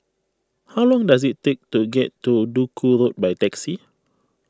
how long does it take to get to Duku Road by taxi